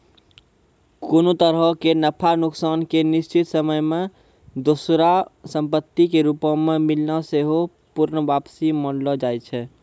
कोनो तरहो के नफा नुकसान के निश्चित समय मे दोसरो संपत्ति के रूपो मे मिलना सेहो पूर्ण वापसी मानलो जाय छै